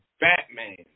Batman